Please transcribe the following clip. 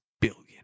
billion